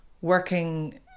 working